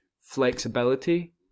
flexibility